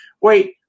wait